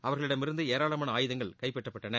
அவர்களிடம் இருந்து ஏராளமான ஆயுதங்கள் கைப்பற்றப்பட்டன